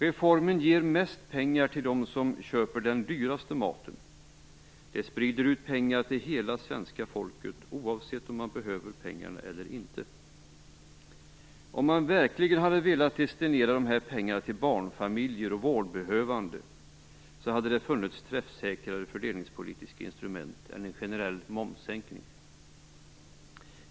Reformen ger mest pengar till dem som köper den dyraste maten. Den sprider ut pengar till hela svenska folket, oavsett om man behöver pengarna eller inte. Om man verkligen hade velat destinera de här pengarna till barnfamiljer och vårdbehövande skulle det ha funnits träffsäkrare fördelningspolitiska instrument än en generell momssänkning.